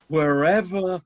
Wherever